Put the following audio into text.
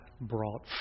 brought